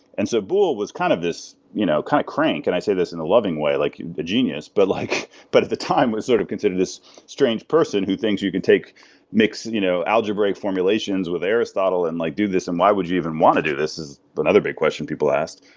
and so boole was kind of this you know kind of crank, and i say this in a loving way, like the genius, but like but at the time was sort of considered as strange person who think you can mix you know algebraic formulations with aristotle and like do this, and why would you even want to do this is another big question people ask.